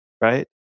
right